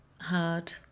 hard